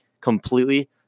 completely